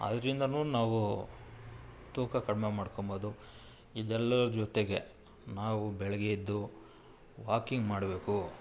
ಅದ್ರಿಂದ ನಾವು ತೂಕ ಕಡಿಮೆ ಮಾಡಿಕೊಂಬೋದು ಇದೆಲ್ಲರ ಜೊತೆಗೆ ನಾವು ಬೆಳಗ್ಗೆ ಎದ್ದು ವಾಕಿಂಗ್ ಮಾಡಬೇಕು